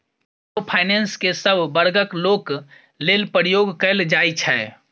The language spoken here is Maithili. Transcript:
माइक्रो फाइनेंस केँ सब बर्गक लोक लेल प्रयोग कएल जाइ छै